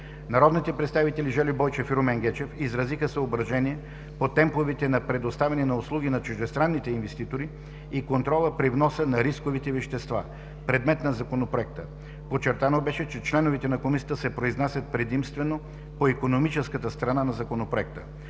Народните представители Жельо Бойчев и Румен Гечев изразиха съображения по темповете на предоставяне на услуги на чуждестранните инвеститори и контрола при вноса на рисовите вещества, предмет на Законопроекта. Подчертано беше, че членовете на Комисията се произнасят предимствено по икономическата страна на Законопроекта.